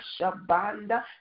shabanda